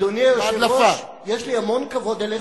אדוני היושב-ראש, יש לי המון כבוד אליך,